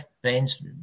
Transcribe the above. friends